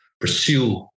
pursue